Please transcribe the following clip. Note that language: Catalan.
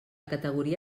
categoria